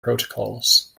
protocols